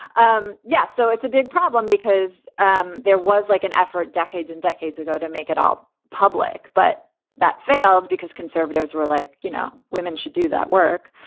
um yes. so it's a big problem because um there was like an effort decades and decades ago to make it all public. but that failed because conservatives were like, you know, women should do that work.